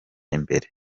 imbere